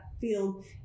field